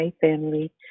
family